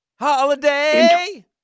Holiday